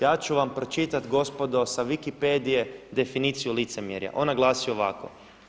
Ja ću vam pročitati gospodo sa Wikipedije definiciju licemjerna, ona glasi ovako.